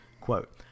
Quote